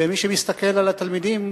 ומי שמסתכל על התלמידים,